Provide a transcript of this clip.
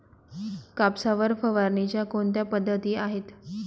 कापसावर फवारणीच्या कोणत्या पद्धती आहेत?